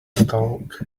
stalk